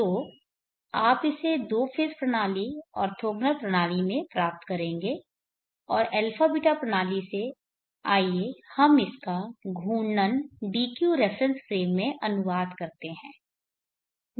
तो आप इसे दो फेज़ प्रणाली ऑर्थोगोनल प्रणाली में प्राप्त करेंगे और α β प्रणाली से आइए हम इसका घूर्णन d q रेफरेन्स फ्रेम में अनुवाद करते हैं